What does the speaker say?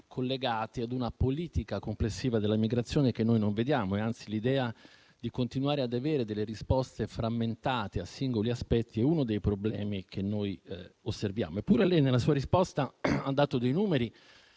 collegati ad una politica complessiva della migrazione che noi non vediamo. Anzi, il fatto di continuare ad avere delle risposte frammentate su singoli aspetti è uno dei problemi che osserviamo. Nella sua risposta, lei ha dato dei numeri